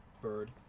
bird